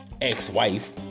ex-wife